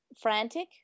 frantic